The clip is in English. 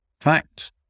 fact